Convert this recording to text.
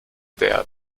der